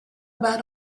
about